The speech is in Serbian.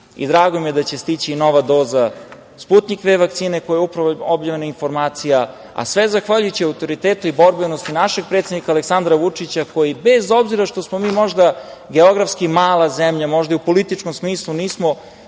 i drago mi je da će stići i nova doza „Sputnjik V“ vakcine, koja je upravo objavljena informacija, a sve zahvaljujući autoritetu i borbenosti našeg predsednika Aleksandra Vučića, koji bez obzira što smo mi možda geografski mala zemlja, možda i u političkom smislu nismo